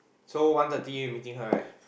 so one thirty you meeting her right